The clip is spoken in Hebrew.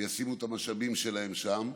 וישימו את המשאבים שלהם שם.